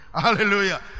Hallelujah